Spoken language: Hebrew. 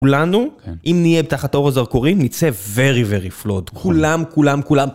כולנו אם נהיה תחת אור הזרקורים נצא ורי ורי פלוד, כולם כולם כולם